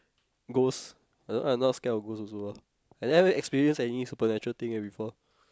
ghost no lah I not scared of ghost also lah I never experience any supernatural thing yet before